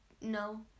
No